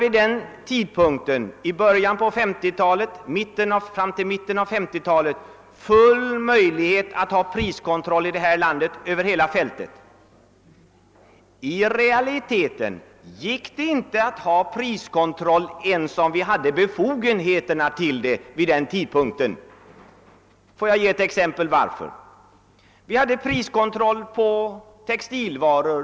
Vid den tidpunkten, alltså från början och fram till mitten av 1950-talet, hade vi möjligheter att tillämpa priskontroll över hela fältet här i landet, men i verkligheten gick det inte att upprätthålla priskontrollen, trots att vi hade befogenheter att göra det. Jag skall här exemplifiera varför. Vi hade priskontroll på textilvaror.